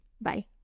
Bye